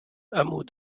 hameau